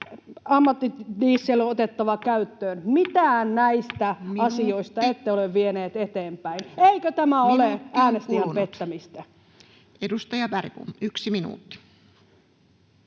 ammattidiesel on otettava käyttöön. Mitään näistä asioista ette ole vieneet eteenpäin. [Puhemies: Minuutti on kulunut!] Eikö tämä ole äänestäjien pettämistä? Edustaja Bergbom, yksi minuutti.